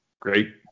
Great